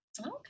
Okay